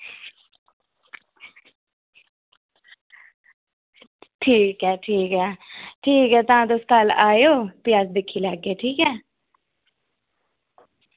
ठीक ऐ ठीक ऐ ठीक ऐ तां तुस कल्ल आवेओ ते अस दिक्खी लैगे ठीक ऐ